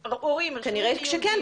שההורים רשומים כיהודים --- כנראה שכן,